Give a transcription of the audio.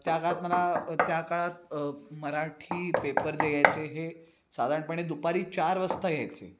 त्या काळात मला त्या काळात मराठी पेपर जे यायचे हे साधारणपणे दुपारी चार वाजता यायचे